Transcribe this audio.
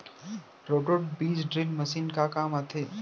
Roto बीज drill machine का काम आथे?